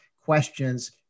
questions